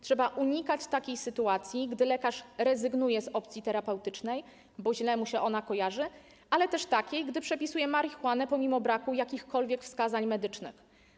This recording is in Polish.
Trzeba unikać takiej sytuacji, gdy lekarz rezygnuje z opcji terapeutycznej, bo źle mu się ona kojarzy, ale też takiej, gdy przepisuje marihuanę pomimo braku jakichkolwiek wskazań medycznych.